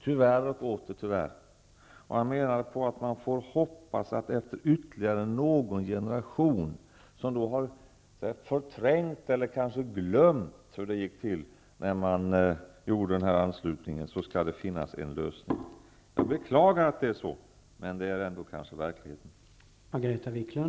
Tyvärr, och åter tyvärr! Gunnar Jarring menade att man får hoppas att det -- efter ytterligare någon generation, som har förträngt eller kanske glömt hur det gick till när den här anslutningen gjordes -- finns en lösning. Jag beklagar att det är så, men det är nog ändå verkligheten.